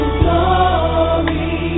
glory